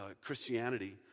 Christianity